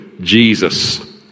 Jesus